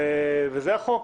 וזה החוק.